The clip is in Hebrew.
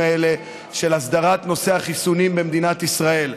האלה של הסדרת נושא החיסונים במדינת ישראל.